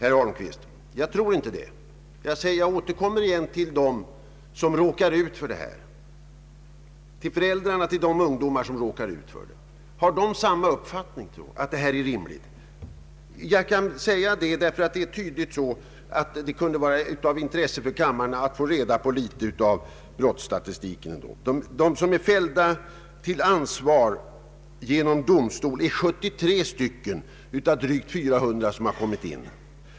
Jag återkommer till dem som råkar ut för dessa människors brottsliga verksamhet. Har föräldrarna till de ungdomar som råkar illa ut uppfattningen att det här är rimligt? Det kunde vara av intresse för kammaren att höra några siffror ur brottsstatistiken. De som är fällda till ansvar genom domstolsutslag är 73 stycken, av drygt 400 som kommit in.